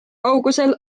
kaugusel